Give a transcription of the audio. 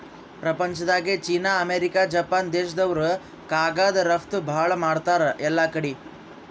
ಪ್ರಪಂಚ್ದಾಗೆ China, America, Japan ದೇಶ್ದವ್ರು ಕಾಗದ್ ರಫ್ತು ಭಾಳ್ ಮಾಡ್ತಾರ್ ಎಲ್ಲಾಕಡಿ